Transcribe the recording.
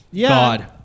God